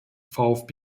vfb